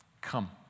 Come